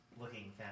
Looking